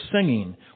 singing